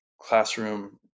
classroom